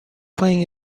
playing